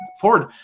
Ford